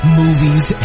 movies